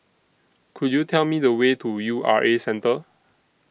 Could YOU Tell Me The Way to U R A Centre